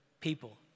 people